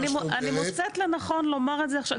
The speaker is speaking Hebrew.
אני מוצאת לנכון לומר את זה עכשיו,